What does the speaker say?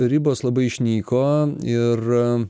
ribos labai išnyko ir